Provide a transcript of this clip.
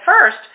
first